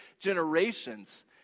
generations